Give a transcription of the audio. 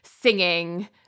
singing